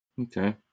Okay